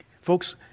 Folks